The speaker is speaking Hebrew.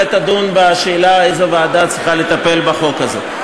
ותדון בשאלה איזו ועדה צריכה לטפל בחוק הזה.